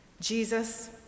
Jesus